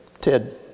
Ted